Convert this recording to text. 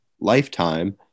lifetime